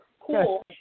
cool